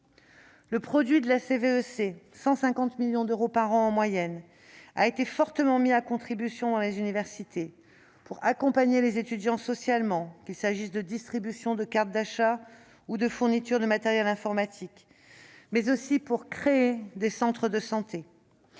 Le produit de la CVEC, 150 millions d'euros par an en moyenne, a été fortement mis à contribution dans les universités pour accompagner socialement les étudiants au moyen de distributions de cartes d'achats ou de fournitures informatiques, mais aussi pour créer des centres de santé.